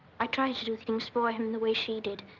i try and to do things for him the way she did,